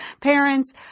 parents